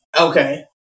Okay